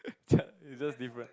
is just different